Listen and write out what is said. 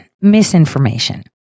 misinformation